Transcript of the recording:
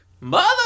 Mother